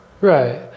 Right